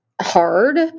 hard